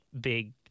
big